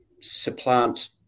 supplant